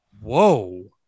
Whoa